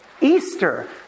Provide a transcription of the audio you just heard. Easter